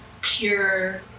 pure